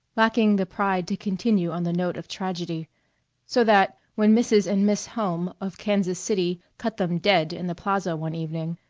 lacking the pride to continue on the note of tragedy so that when mrs. and miss hulme of kansas city cut them dead in the plaza one evening,